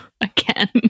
again